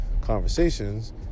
conversations